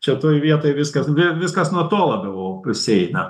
čia toj vietoj viskas viskas nuo to labiau o prisieina